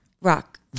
rock